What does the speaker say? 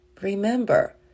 Remember